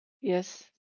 Yes